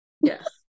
Yes